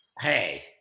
Hey